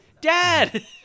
dad